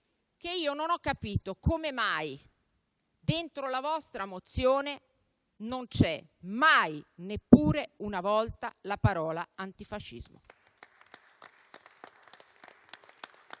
che io non ho capito come mai dentro la vostra mozione non c'è mai, neppure una volta, la parola "antifascismo".